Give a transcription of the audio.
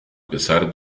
pesar